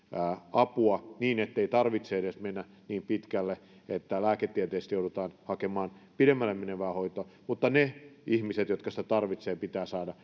apua niin ettei tarvitse edes mennä niin pitkälle että lääketieteestä joudutaan hakemaan pidemmälle menevää hoitoa mutta niiden ihmisten jotka sitä apua tarvitsevat pitää saada